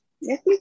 Yes